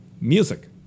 Music